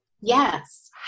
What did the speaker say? Yes